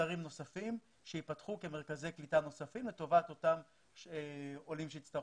אתרים נוספים שייפתחו כמרכזי קליטה נוספים לטובת עולים שיצטרכו,